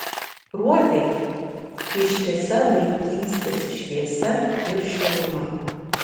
kruopiai ištisa vaikystės šviesa ir šiluma